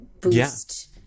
boost